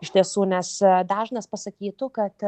iš tiesų nes dažnas pasakytų kad